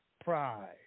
pride